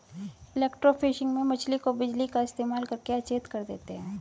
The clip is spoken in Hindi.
इलेक्ट्रोफिशिंग में मछली को बिजली का इस्तेमाल करके अचेत कर देते हैं